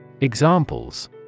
Examples